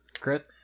Chris